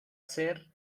ser